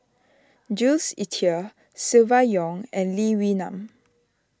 Jules Itier Silvia Yong and Lee Wee Nam